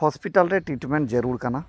hospital ᱨᱮ treatment ᱡᱟᱹᱨᱩᱲ ᱠᱟᱱᱟ